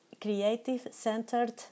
creative-centered